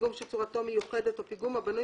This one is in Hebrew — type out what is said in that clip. פיגום שצורתו מיוחדת או פיגום הבנוי